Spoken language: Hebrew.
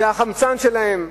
זה החמצן שלהם.